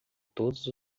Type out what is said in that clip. todos